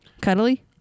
Cuddly